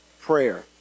prayer